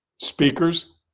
Speakers